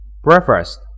Breakfast